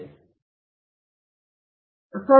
ಆದ್ದರಿಂದ ಮೊದಲನೆಯದು ಇವುಗಳನ್ನು ಕಾರ್ಯಗತಗೊಳಿಸಬಲ್ಲವು